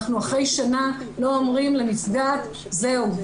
אנחנו אחרי שנה לא אומרים לנפגעת 'זהו,